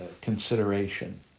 consideration